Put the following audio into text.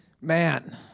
Man